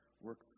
work